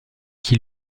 qui